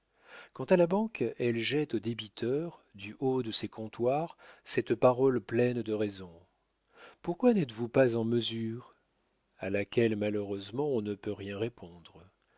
quant à la banque elle jette au débiteur du haut de ses comptoirs cette parole pleine de raison pourquoi n'êtes-vous pas en mesure à laquelle malheureusement on ne peut rien répondre